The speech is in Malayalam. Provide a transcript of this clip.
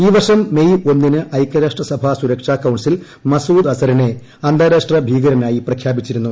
ഈ വർഷം മേയ് ഒന്നിന് ഐക്യരാഷ്ട്ര സഭ സുരക്ഷ കൌൺസിൽ മസൂദ് അസറിനെ അന്താരാഷ്ട്ര ഭീകരനായി പ്രഖ്യാപിച്ചിരുന്നു